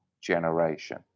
generation